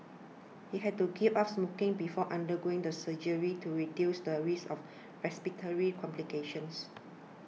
he had to give up smoking before undergoing the surgery to reduce the risk of respiratory complications